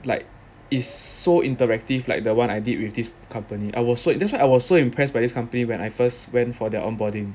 like it's so interactive like the one I did with this company I was so that's why I was so impressed by this company when I first went for their on-boarding